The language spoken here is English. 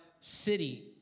city